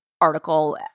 article